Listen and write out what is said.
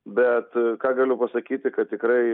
bet ką galiu pasakyti kad tikrai